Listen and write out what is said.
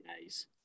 days